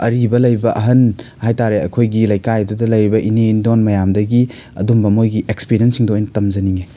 ꯑꯔꯤꯕ ꯂꯩꯕ ꯑꯍꯟ ꯍꯥꯏꯇꯥꯔꯦ ꯑꯩꯈꯣꯏꯒꯤ ꯂꯩꯀꯥꯏꯗꯨꯗ ꯂꯩꯔꯤꯕ ꯏꯅꯦ ꯏꯟꯗꯣꯟ ꯃꯌꯥꯝꯗꯒꯤ ꯑꯗꯨꯝꯕ ꯃꯣꯏꯒꯤ ꯑꯦꯛꯁꯄꯦꯔꯤꯌꯦꯟꯁꯁꯤꯡꯗꯣ ꯑꯩꯅ ꯇꯝꯖꯅꯤꯡꯉꯦ